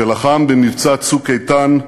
שלחם במבצע "צוק איתן"